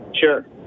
Sure